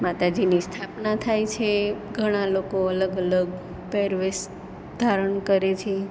માતાજીની સ્થાપના થાય છે ઘણાં લોકો અલગ અલગ પહેરવેશ ધારણ કરે છે